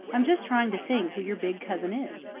i'm just trying to think who your big cousin is.